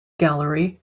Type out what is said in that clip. gallery